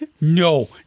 No